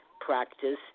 practice